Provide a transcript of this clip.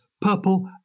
purple